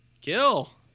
Kill